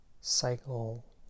cycle